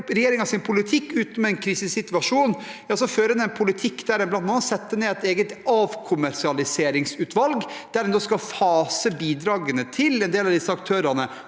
regjeringens politikk utenom en krisesituasjon, føres det en politikk der en bl.a. setter ned et eget avkommersialiseringsutvalg, der en skal fase bidragene til en del av disse aktørene